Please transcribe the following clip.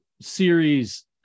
series